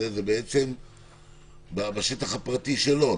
זה בשטח הפרטי שלו.